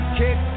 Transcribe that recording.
kick